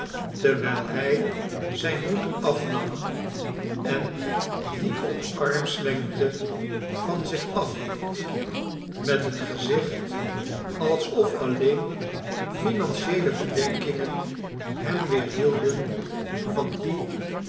terwijl hij zijn hoed afnam en dien op armslengte van zich afhield met een gezicht alsof alleen financieele bedenkingen hem weerhielden van dien